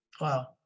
Wow